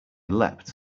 leapt